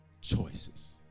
choices